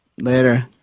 Later